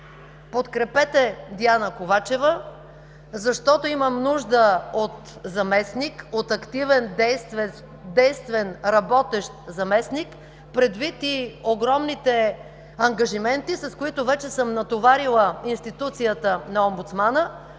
Подкрепете Диана Ковачева, защото имам нужда от заместник, от активен, действен, работещ заместник, предвид и огромните ангажименти, с които вече съм натоварила институцията на омбудсмана,